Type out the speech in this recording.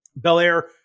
Belair